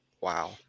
Wow